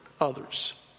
others